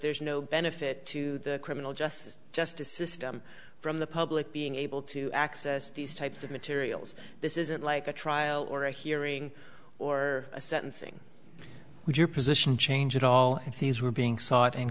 there's no benefit to the criminal justice justice system from the public being able to access these types of materials this isn't like a trial or a hearing or a sentencing would your position change at all if these were being sought in